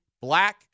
black